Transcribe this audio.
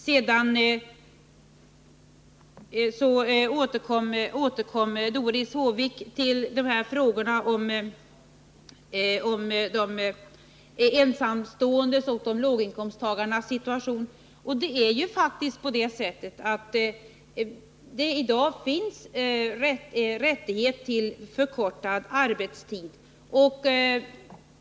Sedan återkommer Doris Håvik till frågorna om de ensamståendes och låginkomsttagarnas situation. Det är ju faktiskt på det sättet att det i dag finns rättighet till en förkortning av arbetstiden.